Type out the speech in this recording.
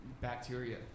bacteria